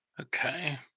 Okay